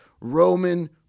Roman